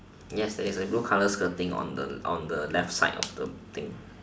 yes there's a blue colour skirting on the on the left side of the thing